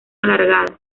alargada